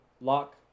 lock